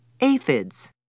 aphids